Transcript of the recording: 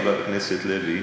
חברת הכנסת לוי,